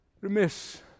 remiss